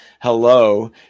hello